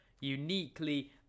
uniquely